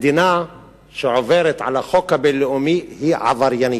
מדינה שעוברת על החוק הבין-לאומי היא עבריינית.